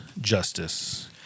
justice